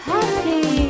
Happy